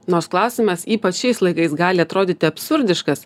nors klausimas ypač šiais laikais gali atrodyti absurdiškas